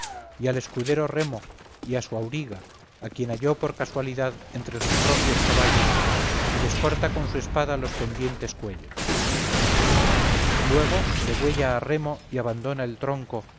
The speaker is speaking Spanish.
y al escudero remo y a su auriga a quien hallo por casualidad entre sus propios caballos y les corta con su espada los pendientes cuellos luego degüella a remo y abandona el tronco